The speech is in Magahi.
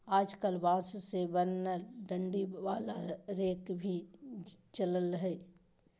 आजकल बांस से बनल डंडी वाला रेक भी चलल हय